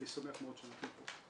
אני שמח מאוד שאנחנו פה.